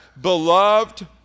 beloved